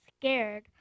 scared